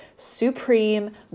supreme